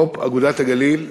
מו"פ "אגודת הגליל"